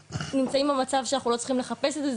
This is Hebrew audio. נמצאים במצב שאנחנו לא צריכים לחפש את זה,